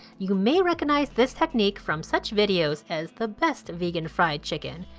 you may recognize this technique from such videos as the best vegan fried chicken,